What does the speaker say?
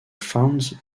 found